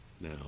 Now